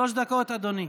שלוש דקות, אדוני.